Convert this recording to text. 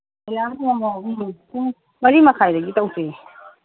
ꯄꯨꯡ ꯃꯔꯤ ꯃꯈꯥꯏꯗꯒꯤ ꯇꯧꯁꯦ